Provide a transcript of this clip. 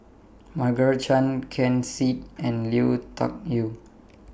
Margaret Chan Ken Seet and Lui Tuck Yew